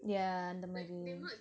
yeah அந்தமாரி:anthamaari